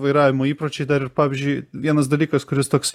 vairavimo įpročiai dar ir pavyzdžiui vienas dalykas kuris toks